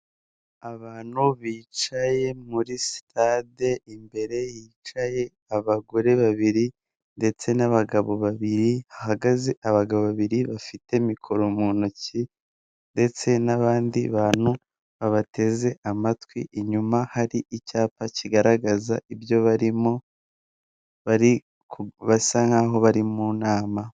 Abantu bicaye muri sitade imbere hicaye abagore babiri ndetse n'abagabo babiri hahagaze abagabo babiri bafite mikoro mu ntoki ndetse n'abandi bantu babateze amatwi, inyuma hari icyapa kigaragaza ibyo barimo basa nkaho bari mu nama.